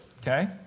Okay